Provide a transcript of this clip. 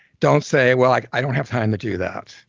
don't say, well, like i don't have time to do that.